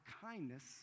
kindness